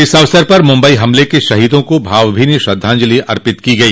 इस अवसर पर मुंबई हमले के शहीदों को भावभीनी श्रद्धांजलि अर्पित की गई